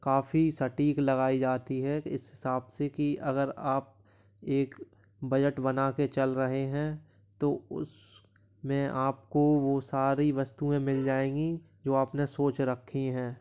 काफी सटीक लगाई जाती है इस हिसाब से कि अगर आप एक बजट बनाके चल रहे हैं तो उसमे आपको वो सारी वस्तुएँ मिल जाएँगी जो आपने सोच रखी हैं